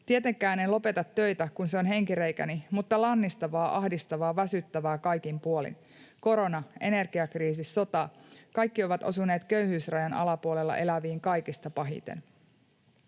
Tietenkään en lopeta töitä, kun se on henkireikäni, mutta lannistavaa, ahdistavaa, väsyttävää kaikin puolin. Korona, energiakriisi, sota, kaikki ovat osuneet köyhyysrajan alapuolella eläviin kaikista pahiten.”